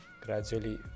gradually